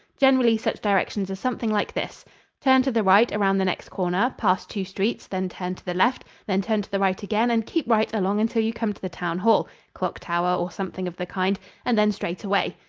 generally such directions are something like this turn to the right around the next corner, pass two streets, then turn to the left, then turn to the right again and keep right along until you come to the town hall clock tower, or something of the kind and then straight away.